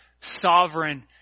sovereign